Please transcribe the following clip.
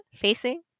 facing